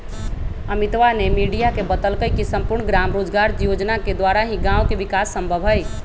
अमितवा ने मीडिया के बतल कई की सम्पूर्ण ग्राम रोजगार योजना के द्वारा ही गाँव के विकास संभव हई